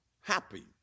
Happy